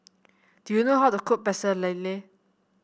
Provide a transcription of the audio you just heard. do you know how to cook Pecel Lele